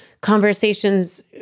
conversations